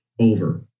over